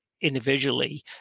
individually